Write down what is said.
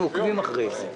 אנחנו נבדוק את העניין הזה,